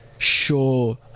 sure